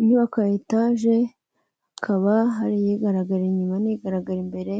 Inyubako ya etaje, hakaba hari igaragara inyuma n'igaragara imbere,